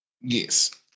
Yes